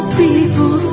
people